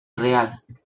real